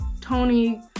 Tony